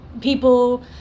people